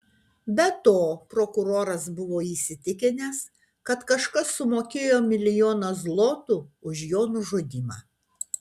be to prokuroras buvo įsitikinęs kad kažkas sumokėjo milijoną zlotų už jo nužudymą